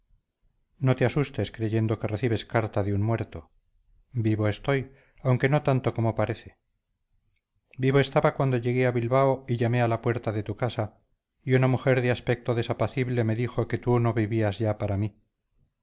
no te asustes creyendo que recibes carta de un muerto vivo estoy aunque no tanto como parece vivo estaba cuando llegué a bilbao y llamé a la puerta de tu casa y una mujer de aspecto desapacible me dijo que tú no vivías ya para mí